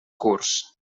curs